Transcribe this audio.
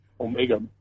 Omega